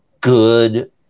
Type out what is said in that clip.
good